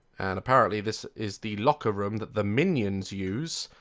and apparently this is the locker room the the minions use?